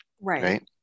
right